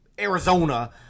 Arizona